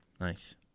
Nice